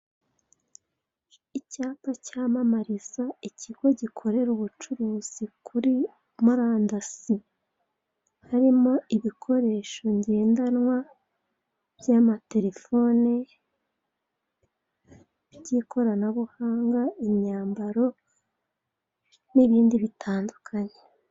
Icyapa cyamamariza ikigo gikorera ubucuruzi kuri murandasi harimo ibikoresho ngendanwa by'amaterefone by'ikoranabuhanga imyambaro n'ibindi bitandukanye.